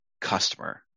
customer